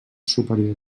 superior